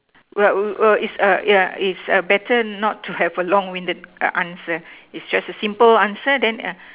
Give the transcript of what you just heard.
where where is a yeah is a better not to have a long winded answer is just a simple answer then yeah